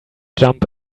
jump